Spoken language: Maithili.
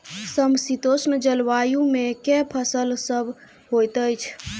समशीतोष्ण जलवायु मे केँ फसल सब होइत अछि?